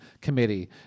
Committee